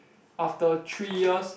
after three years